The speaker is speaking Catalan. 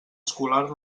escolar